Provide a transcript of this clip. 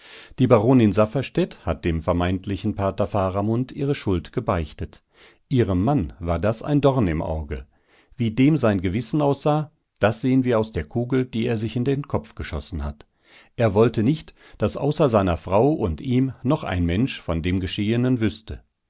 die baronin safferstätt hat dem vermeintlichen pater faramund ihre schuld gebeichtet ihrem mann war das ein dorn im auge wie dem sein gewissen aussah das sehen wir aus der kugel die er sich in den kopf geschossen hat er wollte nicht daß außer seiner frau und ihm noch ein mensch von dem geschehenen wüßte